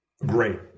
great